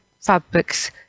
fabrics